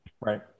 Right